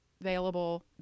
available